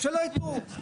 שלא יגיבו.